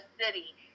city